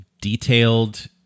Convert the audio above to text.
detailed